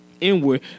inward